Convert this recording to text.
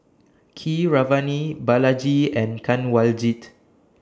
Keeravani Balaji and Kanwaljit